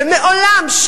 ומעולם,